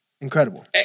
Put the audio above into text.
Incredible